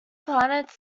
planets